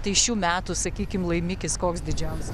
tai šių metų sakykim laimikis koks didžiausias